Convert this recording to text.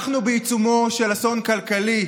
אנחנו בעיצומו של אסון כלכלי.